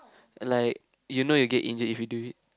like you know you get injured if you do it